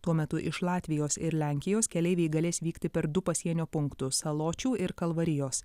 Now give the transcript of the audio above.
tuo metu iš latvijos ir lenkijos keleiviai galės vykti per du pasienio punktus saločių ir kalvarijos